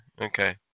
Okay